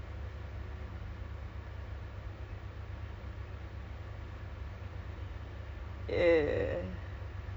he's actually uh not muslim so he has to convert [what] we're we're taking converting classes right now